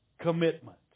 commitment